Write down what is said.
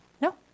No